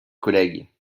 collègues